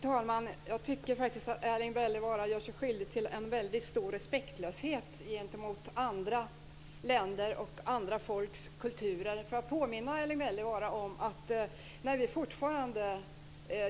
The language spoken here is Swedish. Fru talman! Jag tycker faktiskt att Erling Wälivaara gör sig skyldig till en väldigt stor respektlöshet gentemot andra länder och andra folks kulturer. Får jag påminna Erling Wälivaara om att när vi fortfarande